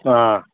ꯑꯪ